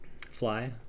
Fly